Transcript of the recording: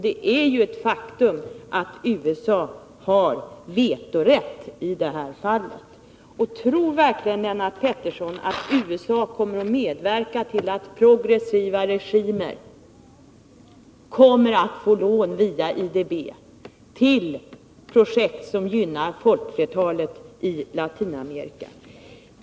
Det är ett faktum att USA i detta fall har vetorätt. Tror verkligen Lennart Pettersson att USA kommer att medverka till att progressiva regimer får lån via IDB till projekt som gynnar folkflertalet i Latinamerika?